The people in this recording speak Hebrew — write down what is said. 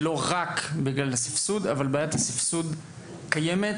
זה לא רק בגלל הסבסוד אבל בעיית הסבסוד קיימת.